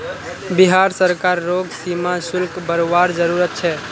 बिहार सरकार रोग सीमा शुल्क बरवार जरूरत छे